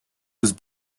was